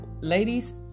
Ladies